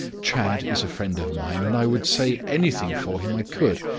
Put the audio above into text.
chadd is a friend of mine, and i would say anything for him i could.